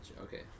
Okay